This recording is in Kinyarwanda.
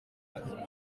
avuga